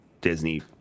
Disney